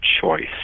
choice